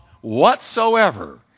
whatsoever